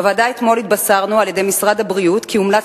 בוועדה אתמול התבשרנו על-ידי משרד הבריאות כי הומלץ